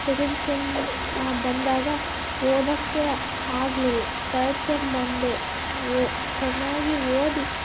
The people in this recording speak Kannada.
ಸೆಕೆಂಡ್ ಸೆಮ್ ಬಂದಾಗ ಓದೋಕ್ಕೆ ಆಗ್ಲಿಲ್ಲ ತರ್ಡ್ ಸೆಮ್ ಬಂದೆ ಓ ಚೆನ್ನಾಗಿ ಓದಿ